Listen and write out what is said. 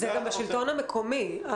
זה גם השלטון המקומי.